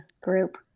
group